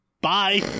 bye